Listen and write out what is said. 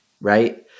right